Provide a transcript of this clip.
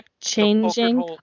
changing